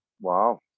Wow